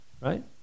right